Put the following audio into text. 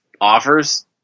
offers